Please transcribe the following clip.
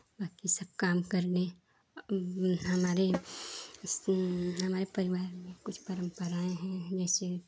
बाकी सब काम करने हमारे हमारे परिवार में कुछ परम्पराएँ हैं जैसे